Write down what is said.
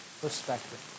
perspective